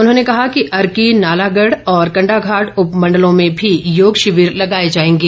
उन्होंने कहा कि अर्की नालागढ़ और कण्डाघाट उपमण्डर्लो में भी योग शिविर लगाए जाएंगे